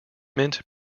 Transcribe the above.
mint